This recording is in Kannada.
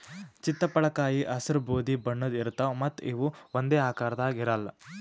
ಚಿತ್ತಪಳಕಾಯಿ ಹಸ್ರ್ ಬೂದಿ ಬಣ್ಣದ್ ಇರ್ತವ್ ಮತ್ತ್ ಇವ್ ಒಂದೇ ಆಕಾರದಾಗ್ ಇರಲ್ಲ್